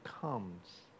comes